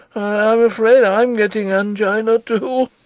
i am afraid i am getting angina too.